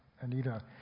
Anita